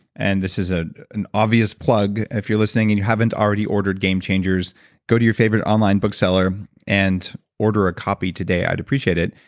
and this is ah an obvious plug if you're listening and you haven't already ordered game changers go to your favorite online bookseller and order a copy today, i'd appreciate it.